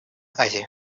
азии